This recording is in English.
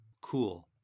Cool